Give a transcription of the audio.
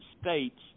states